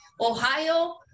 Ohio